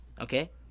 Okay